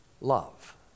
love